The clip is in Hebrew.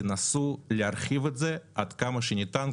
תנסו להרחיב את זה עד כמה שניתן,